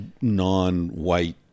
non-white